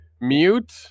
Mute